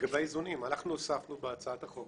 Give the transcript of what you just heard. אנחנו הוספנו בנוסח הצעת החוק,